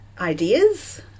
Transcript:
ideas